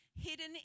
hidden